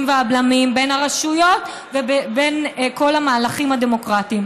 והבלמים בין הרשויות ובין כל המהלכים הדמוקרטיים,